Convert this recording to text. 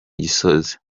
gisozi